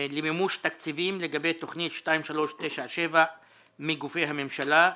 למימוש תקציבים לגבי תוכנית 2397 מגופי הממשלה.